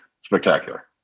spectacular